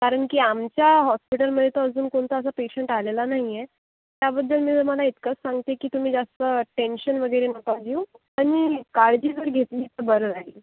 कारण की आमच्या हॉस्पिटलमध्ये तर अजून कोणता असा पेशंट आलेला नाही आहे त्याबद्दल मी तुम्हाला इतकंच सांगते की तुम्ही जास्त टेंशन वगैरे नका घेऊ आणि काळजी जर घेतली तर बरं राहील